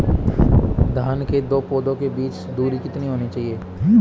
धान के दो पौधों के बीच की दूरी कितनी होनी चाहिए?